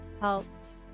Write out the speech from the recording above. helps